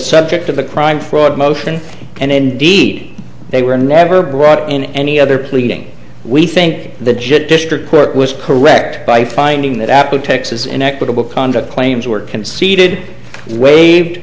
subject of a crime fraud motion and indeed they were never brought in any other pleading we think the judge district court was correct by finding that apple texas inequitable conduct claims were conceded waived